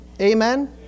Amen